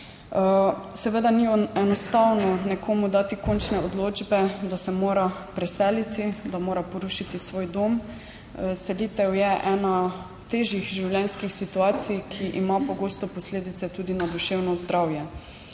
Seveda ni enostavno nekomu dati končne odločbe, da se mora preseliti, da mora porušiti svoj dom. Selitev je ena težjih življenjskih situacij, ki ima pogosto posledice tudi na duševno zdravje.